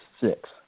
six